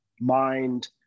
mind